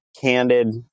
candid